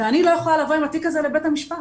ואני לא יכולה לבוא עם התיק הזה לבית המשפט.